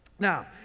Now